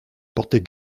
portait